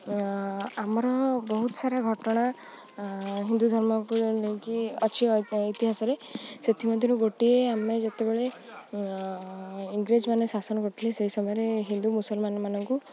ଆମର ବହୁତ ସାରା ଘଟଣା ହିନ୍ଦୁ ଧର୍ମକୁ ନେଇକି ଅଛି ଇତିହାସରେ ସେଥି ମଧ୍ୟରୁ ଗୋଟିଏ ଆମେ ଯେତେବେଳେ ଇଂରେଜମାନେ ଶାସନ କରୁଥିଲେ ସେହି ସମୟରେ ହିନ୍ଦୁ ମୁସଲମାନମାନଙ୍କୁ